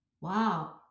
wow